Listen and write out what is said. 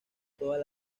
todas